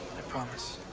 i promise.